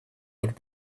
would